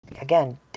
Again